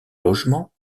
logement